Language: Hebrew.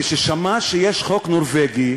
כששמע שיש חוק נורבגי,